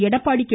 Edappadi K